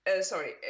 sorry